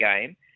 game